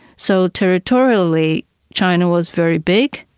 so territorially china was very big.